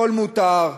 הכול מותר,